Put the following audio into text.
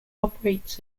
operates